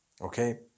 Okay